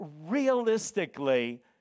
realistically